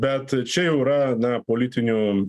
bet čia jau yra na politinių